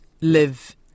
live